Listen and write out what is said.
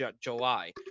July